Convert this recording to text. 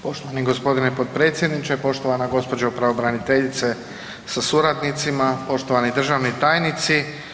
Poštovani g. potpredsjedniče, poštovana gospođo pravobraniteljice sa suradnicima, poštovani državni tajnici.